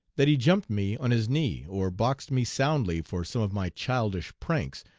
that he jumped me on his knee, or boxed me soundly for some of my childish pranks,